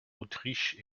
autriche